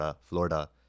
Florida